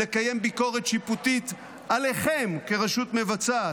לקיים ביקורת שיפוטית עליכם כרשות מבצעת,